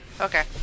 Okay